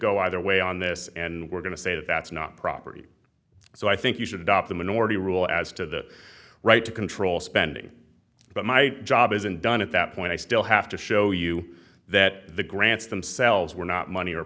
go either way on this and we're going to say that's not property so i think you should adopt a minority rule as to the right to control spending but my job isn't done at that point i still have to show you that the grants themselves were not money or